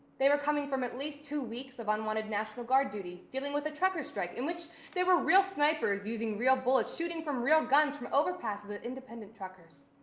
they were coming from at least two weeks of unwanted national guard duty dealing with the trucker's strike in which there were real snipers using real bullets shooting from real guns from overpasses at independent truckers.